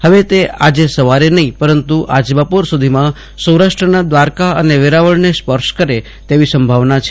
હવે તે આજે સવારે નહિ પરંતુ આજ બપોર સુધીમાં સૌરાષ્ટ્રના દ્વારકા અને વેરાવળને સ્પર્શ કરે તેવી સંભાવના છે